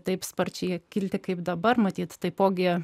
taip sparčiai kilti kaip dabar matyt taipogi